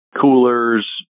coolers